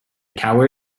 tower